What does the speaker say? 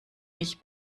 mich